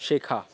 শেখা